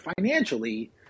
financially